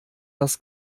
das